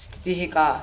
स्थितिः का